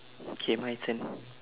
K my turn